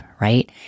right